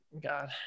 God